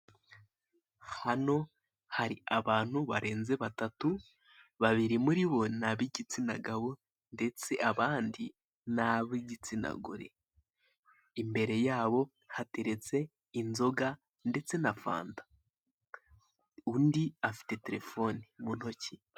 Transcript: Hano hari abantu barenze batatu, babiri muri bo ni ab'igitsina gabo ndetse abandi ni ab'igitsina gore, imbere yabo hateretse inzoga ndetse na fanta, undi afite telefone mu ntoki.